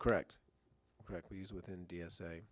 correct correct we use with india